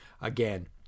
Again